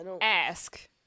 ask